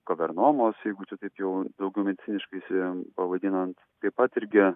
kavernomos jeigu čia taip jau daugiau mediciniškai pavadinant taip pat irgi